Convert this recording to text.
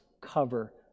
cover